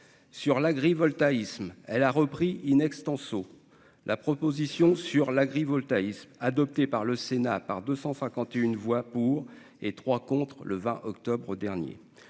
sur l'agrivoltaïsme, elle a repris in extenso la proposition sur l'agrivoltaïsme, adopté par le Sénat par 251 voix pour et 3 contre le 20 octobre dernier